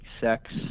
sex